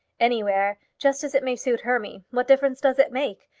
anywhere just as it may suit hermy. what difference does it make?